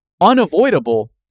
unavoidable